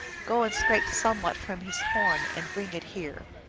go and scrape somewhat from his horn and bring it here!